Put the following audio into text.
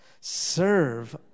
Serve